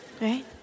right